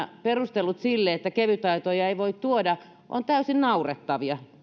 perustelut sille että kevytautoja ei voi tuoda ovat täysin naurettavia